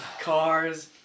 Cars